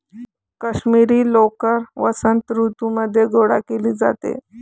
काश्मिरी लोकर वसंत ऋतूमध्ये गोळा केली जाते